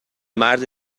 مرد